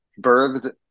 birthed